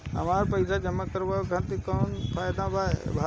हमरा पइसा जमा करेके बा कवन फारम भरी?